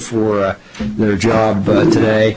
for their job but today